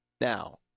Now